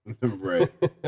Right